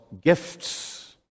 gifts